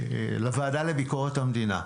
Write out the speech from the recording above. לוועדת ביקורת המדינה,